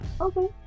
Okay